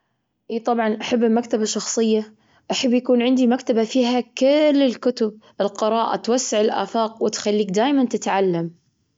إيه طبعا، أحب المكتبة الشخصية. أحب يكون عندي مكتبة فيها كل الكتب. القراءة توسع الآفاق وتخليك دايما تتعلم.